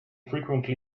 frequently